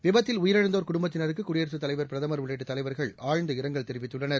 விபத்தில் உயிரிழந்தோர் குடும்பத்தினருக்கு குடியரசுத்தலைவர் பிரதமர் உள்ளிட்ட தலைவர்கள் ஆழ்ந்த இரங்கல் தெரிவித்துள்ளனர்